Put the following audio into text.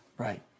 Right